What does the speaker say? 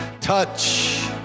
Touch